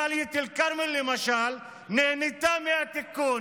דאלית אל-כרמל למשל נהנתה מהתיקון.